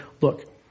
look